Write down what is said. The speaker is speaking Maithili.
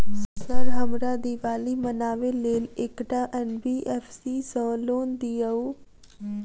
सर हमरा दिवाली मनावे लेल एकटा एन.बी.एफ.सी सऽ लोन दिअउ?